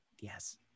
Yes